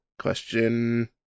Question